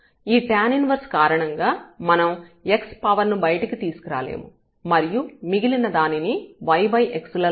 ఈ tan 1 కారణంగా మనం x పవర్ ను బయటకు తీసుకురాలేము మరియు మిగిలిన దానిని yxలలో రాయలేము